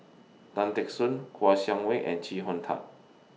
Tan Teck Soon Kouo Shang Wei and Chee Hong Tat